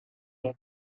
dont